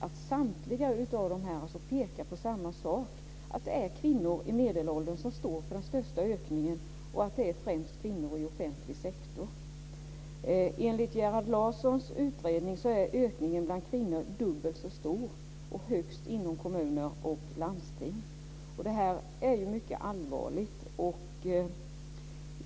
Och samtliga pekar på samma sak, nämligen att det är kvinnor i medelåldern som står för den största ökningen och att det främst är kvinnor i offentlig sektor. Enligt Gerhard Larssons utredning är ökningen bland kvinnor dubbelt så stor och högst inom kommuner och landsting. Det här är ju mycket allvarligt.